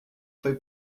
foi